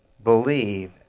Believe